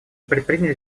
предприняли